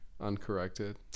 uncorrected